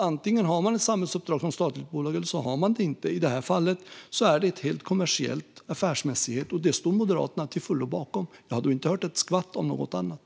Antingen har man ett samhällsuppdrag som statligt bolag eller så har man det inte. I det här fallet är det fråga om helt kommersiell affärsmässighet, och det står Moderaterna till fullo bakom. Jag har då inte hört ett skvatt om något annat.